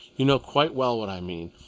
you know quite well what i mean.